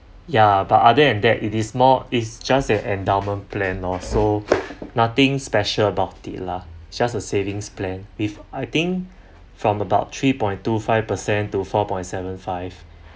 yeah but other than that it is more it's just an endowment plan lor so nothing special about it lah just a savings plan if I think from about three point two five percent to four point seven five